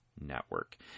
Network